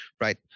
right